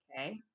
Okay